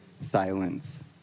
silence